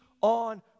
on